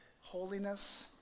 Holiness